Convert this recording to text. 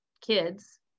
kids